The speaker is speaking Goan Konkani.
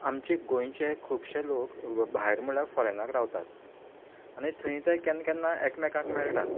आमचे गोंयचे खुबशे लोक भायर म्हळ्यार फोरेनाक रावतात आनी थंय ते केन्ना केन्ना एक मेकाक मेळटात